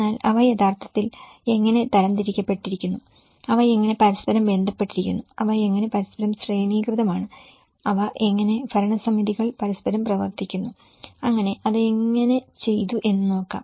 എന്നാൽ അവ യഥാർത്ഥത്തിൽ എങ്ങനെ തരംതിരിക്കപ്പെട്ടിരിക്കുന്നു അവ എങ്ങനെ പരസ്പരം ബന്ധപ്പെട്ടിരിക്കുന്നു അവ എങ്ങനെ പരസ്പരം ശ്രേണീകൃതമാണ് അവ എങ്ങനെ ഭരണസമിതികൾ പരസ്പരം പ്രവർത്തിക്കുന്നു അങ്ങനെ അത് എങ്ങനെ ചെയ്തു എന്ന് നോക്കാം